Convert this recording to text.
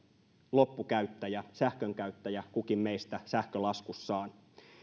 loppukäyttäjä sähkönkäyttäjä kukin meistä sähkölaskussaan